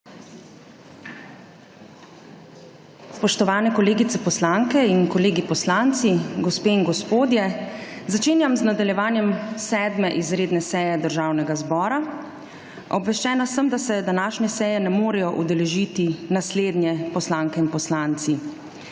Spoštovani kolegice poslanke in kolegi poslanci, gospe in gospodje! Začenjam nadaljevanje 7. izredne seje Državnega zbora. Obveščena sem, da se današnje seje ne morejo udeležiti naslednje poslanke in poslanci: